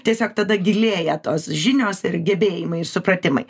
tiesiog tada gilėja tos žinios ir gebėjimai supratimai